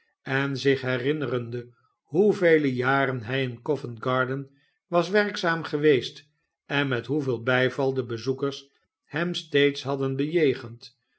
en zich herinnerende hoevele jaren hi in covent-garden was werkzaam geweest en met hoeveel bij val de bezoekers hem steeds hadden bejegend